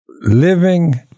living